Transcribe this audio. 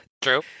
True